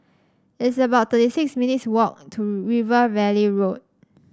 it's about thirty six minutes' walk to River Valley Road